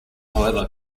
however